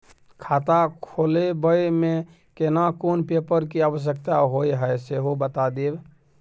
खाता खोलैबय में केना कोन पेपर के आवश्यकता होए हैं सेहो बता देब?